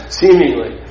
seemingly